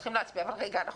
צריך להצביע אבל לא כרגע.